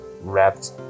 wrapped